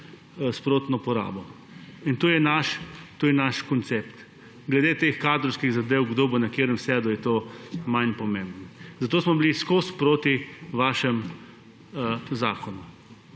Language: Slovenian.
sprotno porabo. To je naš koncept. Glede teh kadrovskih zadev, kdo bo na katerem sedel, je to manj pomembno. Zato smo bili ves čas proti vašemu zakonu.